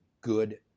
good